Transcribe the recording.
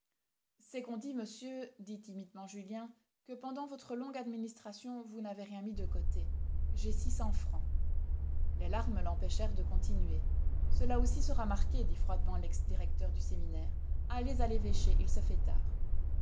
c'est qu'on dit monsieur dit timidement julien que pendant votre longue administration vous n'avez rien mis de côté j'ai six cents francs les larmes l'empêchèrent de continuer cela aussi sera marqué dit froidement lex directeur du séminaire allez à l'évêché il se fait tard